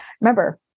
remember